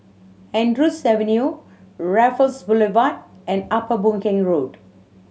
Andrews Avenue Raffles Boulevard and Upper Boon Keng Road